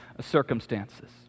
circumstances